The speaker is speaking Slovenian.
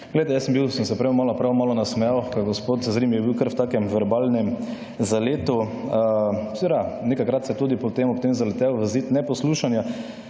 sem bil, sem se prej prav malo nasmejal, ker gospod Zrim je bil kar v takem verbalnem zaletu. Seveda, nekajkrat se tudi potem ob tem zaletel v zid neposlušanja.